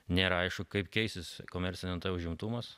nėra aišku kaip keisis komercinio nt užimtumas